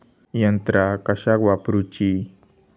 यंत्रा कशाक वापुरूची?